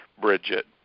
Bridget